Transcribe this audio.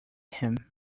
him